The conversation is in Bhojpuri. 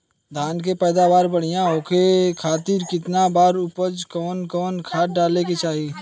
धान के पैदावार बढ़िया होखे खाती कितना बार अउर कवन कवन खाद डाले के चाही?